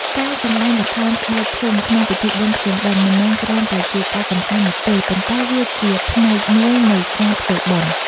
ការសម្តែងល្ខោនស្បែកធំក្នុងពិធីបុណ្យភ្ជុំបិណ្ឌ មិនមែនគ្រាន់តែជាការកម្សាន្តនោះទេ ប៉ុន្តែវាជាផ្នែកមួយនៃការ ធ្វើបុណ្យ។